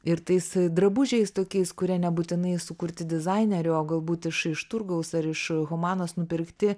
ir tais drabužiais tokiais kurie nebūtinai sukurti dizainerio o galbūt iš iš turgaus ar iš humanos nupirkti